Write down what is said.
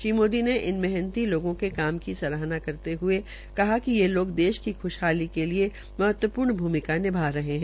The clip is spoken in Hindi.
श्री मोदी ने इन मेहनती लोगों के काम की सराहना करते हये कहा कि ये लोग देश की ख्शहाली के लिये महत्वप्र्ण भूमिका निभा रहे है